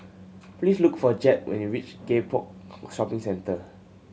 please look for Jett when you reach Gek Poh Shopping Centre